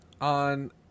On